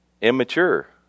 immature